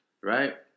Right